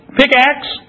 pickaxe